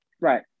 Right